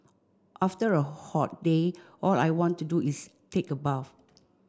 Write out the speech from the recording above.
after a hot day all I want to do is take a bath